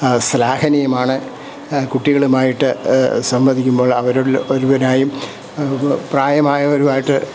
ശ്ലാഘനീയമാണ് കുട്ടികളുമായിട്ട് സംവദിക്കുമ്പോൾ അവരിൽ ഒരുവനായും പ്രായമായവരുവായിട്ട്